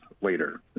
later